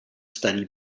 study